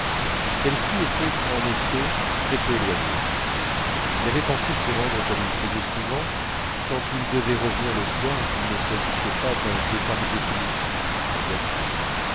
celle-ci était en effet très peu éloignée il avait pensé s'y rendre comme il faisait souvent quand il devait revenir le soir et qu'il ne s'agissait pas d'un départ définitif en voiture